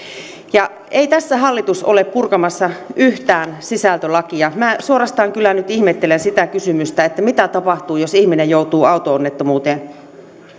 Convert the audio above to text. ei tässä hallitus ole purkamassa yhtään sisältölakia minä suorastaan kyllä nyt ihmettelen sitä kysymystä että mitä tapahtuu jos ihminen joutuu auto onnettomuuteen